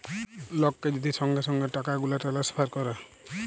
লককে যদি সঙ্গে সঙ্গে টাকাগুলা টেলেসফার ক্যরে